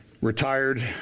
Retired